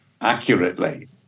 accurately